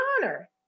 honor